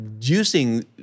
using